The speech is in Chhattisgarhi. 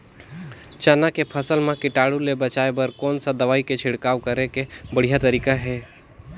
चाना के फसल मा कीटाणु ले बचाय बर कोन सा दवाई के छिड़काव करे के बढ़िया तरीका हे?